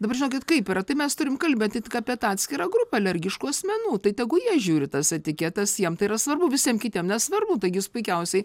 dabar žinokit kaip yra tai mes turime kalbėti tik apie atskirą grupę alergiškų asmenų tai tegu jie žiūri tas etiketas jiem tai yra svarbu visiem kitiem nesvarbu taigi jūs puikiausiai